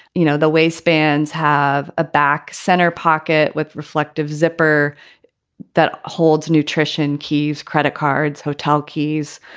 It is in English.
you know, the waistbands have a back center pocket with reflective zipper that holds nutrition keys, credit cards, hotel keys.